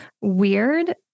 weird